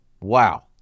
Wow